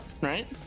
right